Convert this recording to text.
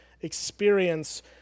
experience